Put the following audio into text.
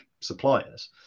suppliers